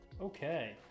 Okay